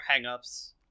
hangups